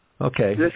Okay